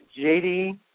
JD